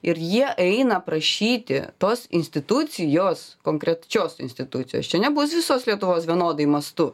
ir jie eina prašyti tos institucijos konkrečios institucijos čia nebus visos lietuvos vienodai mastu